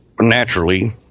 naturally